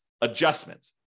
adjustment